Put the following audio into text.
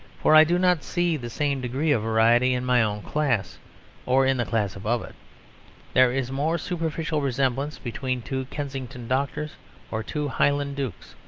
for i do not see the same degree of variety in my own class or in the class above it there is more superficial resemblance between two kensington doctors or two highland dukes.